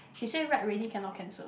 she say write already cannot cancel